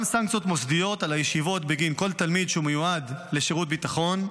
גם סנקציות מוסדיות על הישיבות בגין כל תלמיד שמיועד לשירות ביטחון,